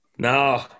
No